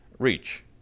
reach